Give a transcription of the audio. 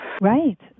Right